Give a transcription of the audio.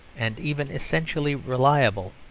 and even essentially reliable,